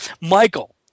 Michael